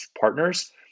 partners